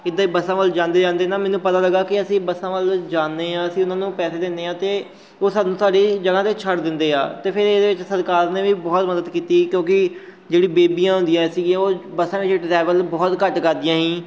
ਇੱਦਾਂ ਹੀ ਬੱਸਾਂ ਵੱਲ ਜਾਂਦੇ ਜਾਂਦੇ ਨਾ ਮੈਨੂੰ ਪਤਾ ਲੱਗਾ ਕਿ ਅਸੀਂ ਬੱਸਾਂ ਵੱਲ ਜਾਂਦੇ ਹਾਂ ਅਸੀਂ ਉਹਨਾਂ ਨੂੰ ਪੈਸੇ ਦਿੰਦੇ ਹਾਂ ਅਤੇ ਉਹ ਸਾਨੂੰ ਸਾਡੀ ਜਗ੍ਹਾ 'ਤੇ ਛੱਡ ਦਿੰਦੇ ਆ ਅਤੇ ਫਿਰ ਇਹਦੇ ਵਿੱਚ ਸਰਕਾਰ ਨੇ ਵੀ ਬਹੁਤ ਮਦਦ ਕੀਤੀ ਕਿਉਂਕਿ ਜਿਹੜੀ ਬੀਬੀਆਂ ਹੁੰਦੀਆਂ ਸੀਗੀਆਂ ਉਹ ਬੱਸਾਂ ਵਿੱਚ ਟਰੈਵਲ ਬਹੁਤ ਘੱਟ ਕਰਦੀਆਂ ਸੀ